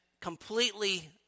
completely